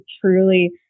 truly